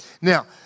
Now